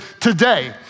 today